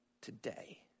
today